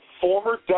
former